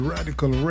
Radical